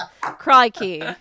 Crikey